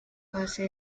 fase